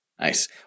Nice